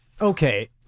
okay